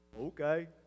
Okay